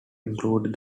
included